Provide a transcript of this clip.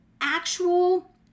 actual